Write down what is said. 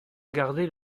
gardé